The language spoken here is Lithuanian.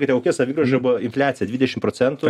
tai o kokia savigrauža buvo infliacija dvidešim procentų